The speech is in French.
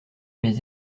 mais